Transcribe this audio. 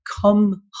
come